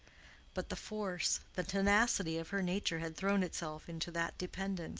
but the force, the tenacity of her nature had thrown itself into that dependence,